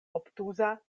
obtuza